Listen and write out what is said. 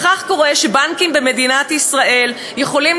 וכך קורה שבנקים במדינת ישראל יכולים